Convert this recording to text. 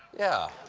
yeah,